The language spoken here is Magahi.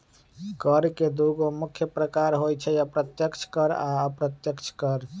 कर के दुगो मुख्य प्रकार होइ छै अप्रत्यक्ष कर आ अप्रत्यक्ष कर